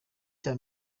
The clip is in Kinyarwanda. cya